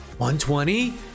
120